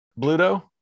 Bluto